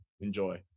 enjoy